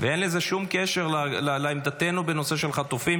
ואין לזה שום קשר לעמדתנו בנושא החטופים,